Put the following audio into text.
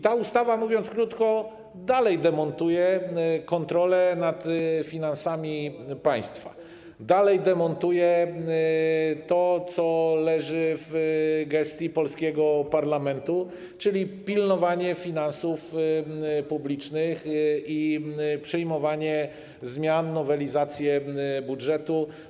Ta ustawa, mówiąc krótko, dalej demontuje kontrolę nad finansami państwa, dalej demontuje to, co leży w gestii polskiego parlamentu, czyli pilnowanie finansów publicznych i przyjmowanie zmian, nowelizacje budżetu.